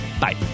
Bye